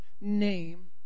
name